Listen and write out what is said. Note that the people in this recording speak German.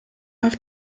auf